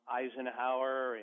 Eisenhower